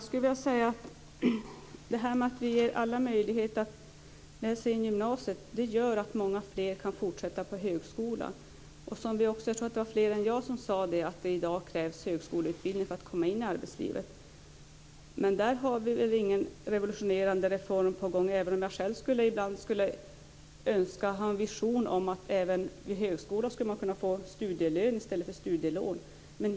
Fru talman! Att vi ger alla möjlighet att läsa in gymnasiet leder till att många fler kan fortsätta på högskolan. Jag tror att det var fler än jag som sade att det i dag krävs högskoleutbildning för att komma in i arbetslivet. Men vi har ingen revolutionerande reform på gång i fråga om detta, även om jag själv ibland har en vision om att man skulle kunna få studielön i stället för studielån när man studerar vid högskolan.